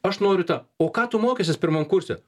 aš noriu tą o ką tu mokysies pirmam kurse